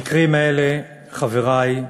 המקרים האלה, חברי,